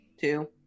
two